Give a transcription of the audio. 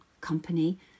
company